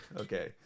Okay